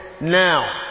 Now